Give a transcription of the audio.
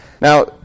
Now